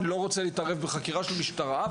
לא רוצה להתערב בחקירה של משטרה,